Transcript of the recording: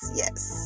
yes